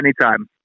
Anytime